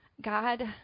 God